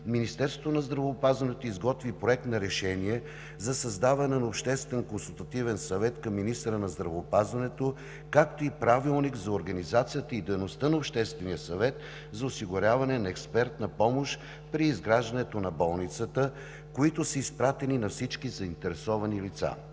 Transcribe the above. Министерството на здравеопазването изготви проект на решение за създаване на обществен консултативен съвет към министъра на здравеопазването, както и правилник за организацията и дейността на Обществения съвет за осигуряване на експертна помощ при изграждането на болницата, които са изпратени на всички заинтересовани лица.